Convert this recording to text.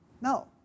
No